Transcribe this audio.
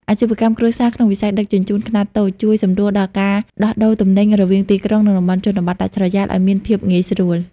អាជីវកម្មគ្រួសារក្នុងវិស័យដឹកជញ្ជូនខ្នាតតូច ជួយសម្រួលដល់ការដោះដូរទំនិញរវាងទីក្រុង និងតំបន់ជនបទដាច់ស្រយាលឱ្យមានភាពងាយស្រួល។